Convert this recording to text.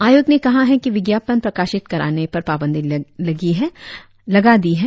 आयोग ने कहा कि विज्ञापन प्रकाशित कराने पर पाबंदी लगी दी है